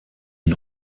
une